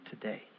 today